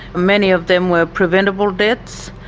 many of them were preventable deaths.